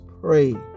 pray